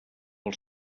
els